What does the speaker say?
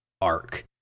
arc